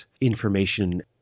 information